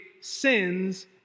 sins